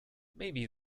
maybe